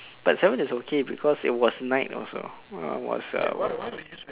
but seven is okay because it was night also well was